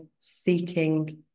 seeking